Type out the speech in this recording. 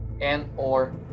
and/or